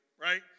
Right